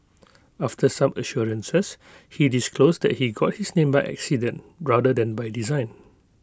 after some assurances he disclosed that he got his name by accident rather than by design